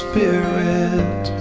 Spirit